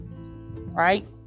Right